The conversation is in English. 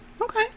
Okay